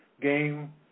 Game